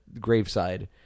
graveside